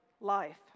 life